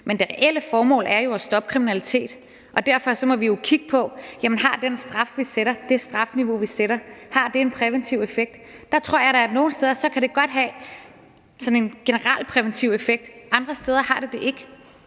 men det reelle formål er jo at stoppe kriminalitet, og derfor må vi jo kigge på, om det strafniveau, vi sætter, har en præventiv effekt. Der tror jeg da, at det nogle steder godt kan have sådan en generalpræventiv effekt, men at andre steder har det det ikke.